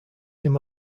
him